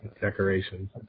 Decoration